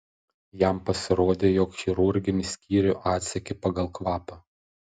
jam pasirodė jog chirurginį skyrių atsekė pagal kvapą